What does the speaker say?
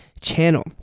channel